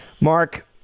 Mark